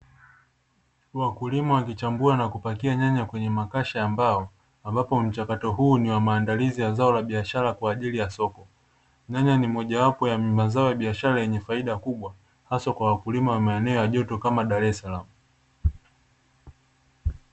Wakulima wakichambua na kupakia nyanya kwenye makasha ambao, ambapo mchakato huu ni wa maandalizi ya zao la biashara kwaajili ya soko; nyanya ni mojawapo ya mazao ya biashara yenye faida kubwa haswa kwa wakulima wa maeneo ya joto kama Dar es Salaam.